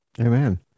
amen